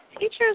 Teachers